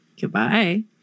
Goodbye